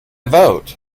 vote